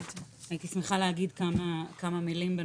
הייתי שמחה להגיד כמה מילים.